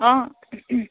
অঁ